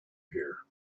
here